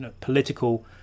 political